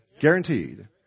Guaranteed